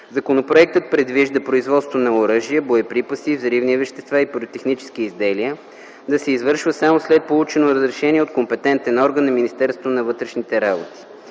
Законопроектът предвижда производството на оръжие, боеприпаси, взривни вещества и пиротехнически изделия да се извършва само след получено разрешение от компетентен орган на Министерството на вътрешните работи.